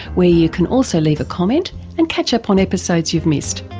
where you can also leave a comment and catch up on episodes you've missed.